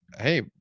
hey